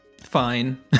fine